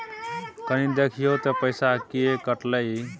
कनी देखियौ त पैसा किये कटले इ?